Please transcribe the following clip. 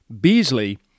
Beasley